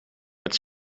met